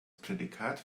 prädikat